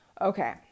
Okay